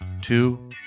Two